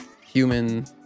human